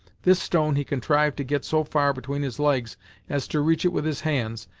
this stone he contrived to get so far between his legs as to reach it with his hands,